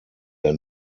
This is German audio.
der